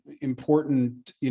important